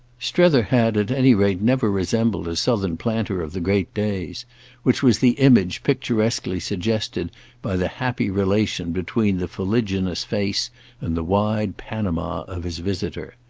strether had at any rate never resembled a southern planter of the great days which was the image picturesquely suggested by the happy relation between the fuliginous face and the wide panama of his visitor.